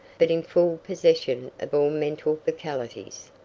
but in full possession of all mental faculties.